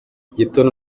igituntu